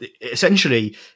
Essentially